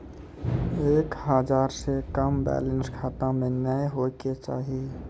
एक हजार से कम बैलेंस खाता मे नैय होय के चाही